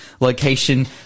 location